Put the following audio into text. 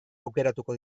aukeratuko